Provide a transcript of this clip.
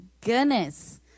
goodness